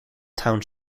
town